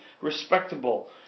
respectable